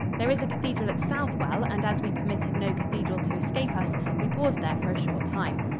there is a cathedral at southwell, and as we permitted no cathedral to escape us, we paused there for a short time.